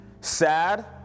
sad